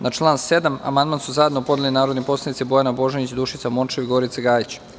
Na član 5. amandman su zajedno podnele narodni poslanici Bojana Božanić, Dušica Morčev i Gorica Gajić.